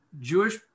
Jewish